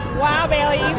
wow bailey,